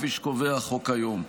כפי שקבוע בחוק היום.